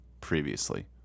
previously